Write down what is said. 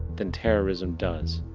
than terrorism does.